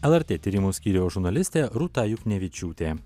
lrt tyrimų skyriaus žurnalistė rūta juknevičiūtė